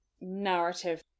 narrative